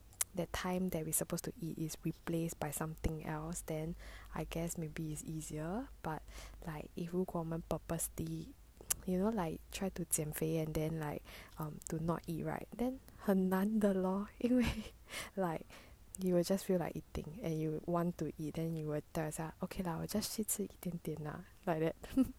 that time that we supposed to eat is replaced by something else then I guess maybe is easier but like if 如果我们 purposely you know like try to 减肥 and then like um do not eat right then 很难得 lor 因为 they will just feel like eating and you want to eat then you will tell yourself okay lah I will just 去吃一点点 lah like that